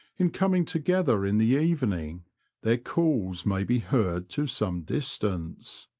in coming together in the evening their calls may be heard to some distance.